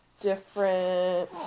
different